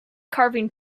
carving